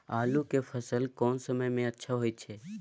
आलू के फसल कोन समय में अच्छा होय छै?